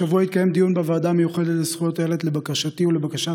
השבוע התקיים דיון בוועדה המיוחדת לזכויות הילד לבקשתי ולבקשת